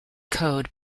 code